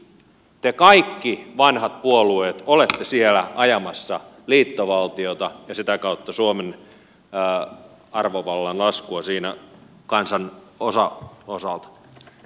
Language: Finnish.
te kaikki vanhat puolueet olette siellä ajamassa liittovaltiota ja sitä kautta suomen arvovallan laskua siinä kansan osalta